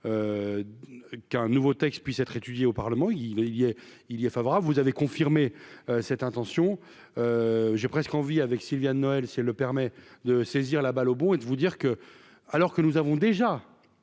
qu'un nouveau texte puisse être étudiée au Parlement, il il y a, il y est favorable, vous avez confirmé cette intention, j'ai presque envie avec Sylvia de Noël c'est le permet de saisir la balle au bond et de vous dire que, alors que nous avons déjà